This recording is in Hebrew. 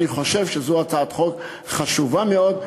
אני חושב שזו הצעת חוק חשובה מאוד,